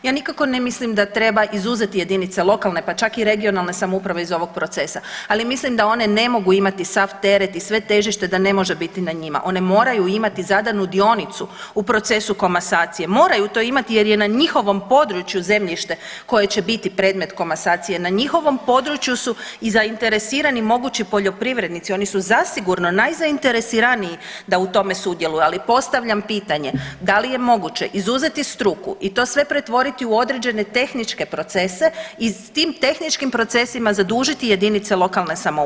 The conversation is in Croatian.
Ja nikako ne mislim da treba izuzeti jedinice lokalne, pa čak i regionalne samouprave iz ovog procesa, ali mislim da one ne mogu imati sav teret i sve težište da ne može biti na njima, one moraju imati zadanu dionicu u procesu komasacije, moraju to imati jer je na njihovom području zemljište koje će biti predmet komasacije, na njihovom području su i zainteresirani mogući poljoprivrednici, oni su zasigurno najzainteresiraniji da u tome sudjeluju, ali postavljam pitanje, da li je moguće izuzeti struku i to sve pretvoriti u određene tehničke procese i s tim tehničkim procesima zadužiti JLS?